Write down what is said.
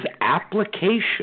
application